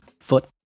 Foot